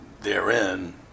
therein